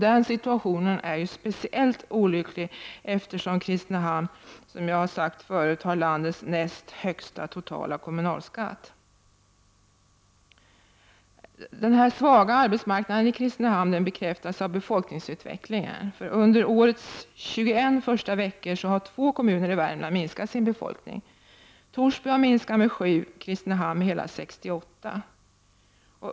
Denna situation är speciellt olycklig eftersom Kristinehamn har landets näst högsta totala kommunalskatt. Den svaga arbetsmarknaden i Kristinehamn bekräftas av befolkningsutvecklingen. Under årets 21 första veckor har två kommuner i Värmland minskat sin befolkning, Torsby med 7 invånare och Kristinehamn med hela 68.